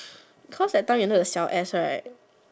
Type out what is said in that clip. cause that time you know the 小 S right